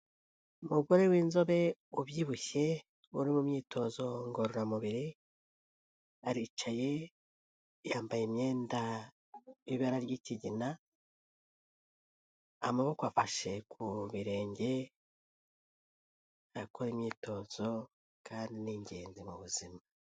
Umugore w'inzobe ubyibushye uri mu myitozo ngororamubiri, aricaye yambaye imyendara y'ibara ry'ikigina, amaboko afashe ku birenge akora imyitozo kandi ni ingenzi mu buzima.